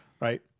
right